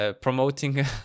promoting